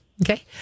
Okay